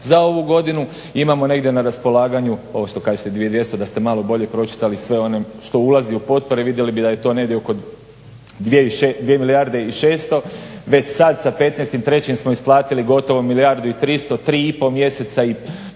Za ovu godinu imamo negdje na raspolaganju ovo što kažete 2200 da ste malo bolje pročitali sve ono što ulazi u potpore vidjeli bi da je to negdje oko 2 milijarde i 600. Već sad sa 15.3. smo isplatili gotovo milijardu i 300, 3 i pol mjeseca i